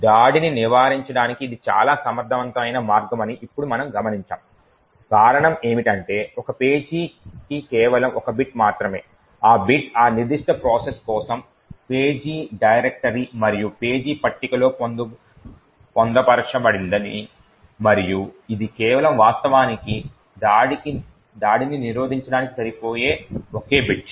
దాడిని నివారించడానికి ఇది చాలా సమర్థవంతమైన మార్గం అని ఇప్పుడు మనం గమనించాము కారణం ఏమిటంటే ఒక పేజీకి కేవలం 1 బిట్ మాత్రమే మరియు ఈ బిట్ ఆ నిర్దిష్ట ప్రాసెస్ కోసం పేజీ డైరెక్టరీ మరియు పేజీ పట్టికలో పొందుపరచబడింది మరియు ఇది కేవలం వాస్తవానికి దాడిని నిరోధించడానికి సరిపోయే ఒకే బిట్